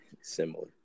Similar